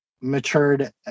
matured